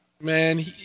Man